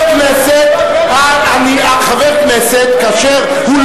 אני אמשיך לשאול את השאלות גם אם זה לא